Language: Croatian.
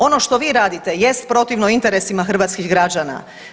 Ono što vi radite jest protivno interesima hrvatskih građana.